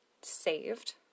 saved